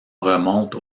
remonte